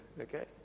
Okay